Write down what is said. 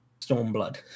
Stormblood